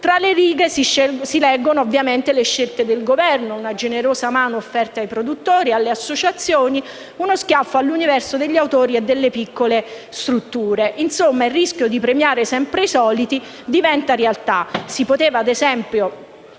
tra le righe le scelte del Governo: una generosa mano offerta ai produttori e alle loro associazioni, uno schiaffo all’universo degli autori e delle piccole strutture. Insomma, il rischio di premiare sempre i soliti diventa realtà. Si poteva, ad esempio,